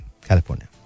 California